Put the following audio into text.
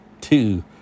two